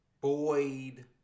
Boyd